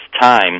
time